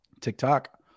TikTok